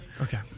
Okay